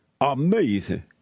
Amazing